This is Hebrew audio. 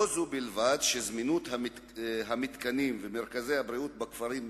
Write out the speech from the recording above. לא זו בלבד שזמינות המתקנים ומרכזי הבריאות בכפרים נמוכה,